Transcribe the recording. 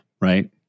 right